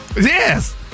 Yes